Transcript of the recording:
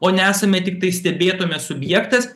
o ne esame tiktai stebėtume subjektas